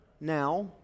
now